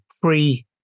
pre